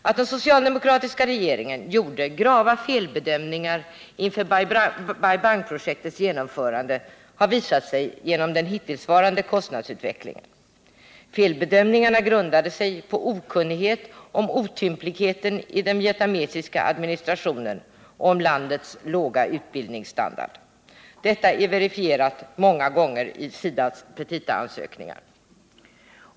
Att den socialdemokratiska regeringen gjorde grava felbedömningar inför Bai Bang-projektets genomförande har visat sig genom den hittillsvarande kostnadsutvecklingen. Felbedömningarna grundade sig på okunnighet om otympligheten i den vietnamesiska administrationen och om landets låga utbildningsstandard. Detta är verifierat många gånger i SIDA:s petita.